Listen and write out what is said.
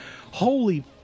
Holy